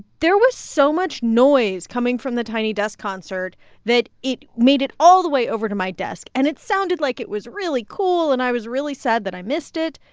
there was so much noise coming from the tiny desk concert that it made it all the way over to my desk, and it sounded like it was really cool, and i was really sad that i missed it.